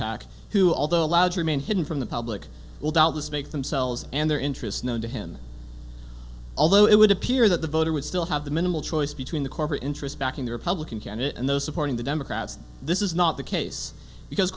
who although allowed to remain hidden from the public will doubtless make themselves and their interests known to him although it would appear that the voter would still have the minimal choice between the corporate interests backing the republican candidate and those supporting the democrats this is not the case because